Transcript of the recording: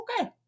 okay